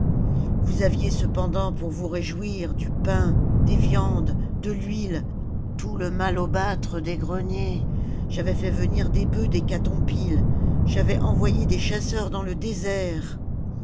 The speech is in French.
vous aviez cependant pour vous réjouir du pain des viandes de l'huile tout le malobathre des greniers j'avais fait venir des bœufs d'hécatompyle j'avais envoyé des chasseurs dans le désert